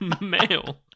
male